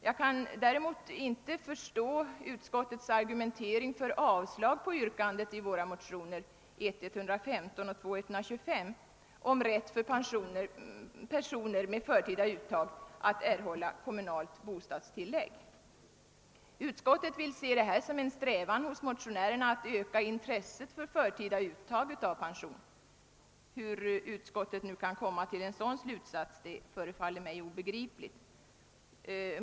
Jag kan däremot inte förstå utskottets argumentering för avslag på yrkandet i våra motioner I:115 och II: 125 om rätt för personer med förtida uttag att erhålla kommunalt bostadstilllägg. Utskottet vill se detta som en strä van hos motionärerna att öka intresset för förtida uttag av pension. Hur utskottet kan dra en sådan slutsats förefaller mig obegripligt.